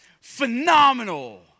phenomenal